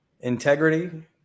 Integrity